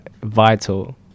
vital